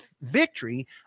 victory